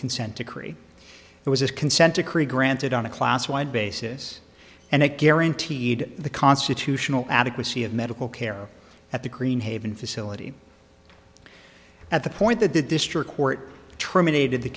consent decree it was a consent decree granted on a class wide basis and it guaranteed the constitutional adequacy of medical care at the green haven facility at the point that the district court trueman a did the